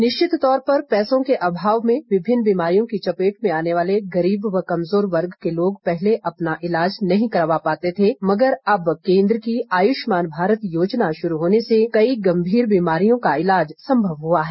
निश्चित तौर पर पैसों के अभाव में विभिन्न बीमारियों की चपेट में आने वाले गरीब व कमजोर वर्ग के लोग पहले अपना ईलाज नहीं करवा पाते थे मगर केन्द्र की आयुष्मान भारत योजना शुरू होने से कई गंभीर बीमारियों का ईलाज संभव हुआ है